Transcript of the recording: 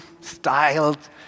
styled